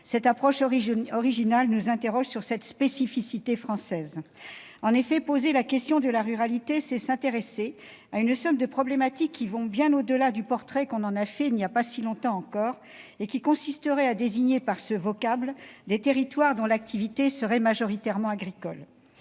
Cette approche originale attire notre attention sur une spécificité française. En effet, poser la question de la ruralité, c'est s'intéresser à une somme de problématiques qui vont bien au-delà du portrait qu'on en faisait, il n'y a pas si longtemps encore, en désignant par ce vocable des territoires à l'activité majoritairement agricole.